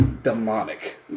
Demonic